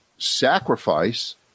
sacrifice